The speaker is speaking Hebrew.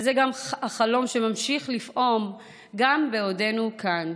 וזה החלום שממשיך לפעום גם בעודנו כאן.